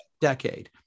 decade